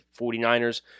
49ers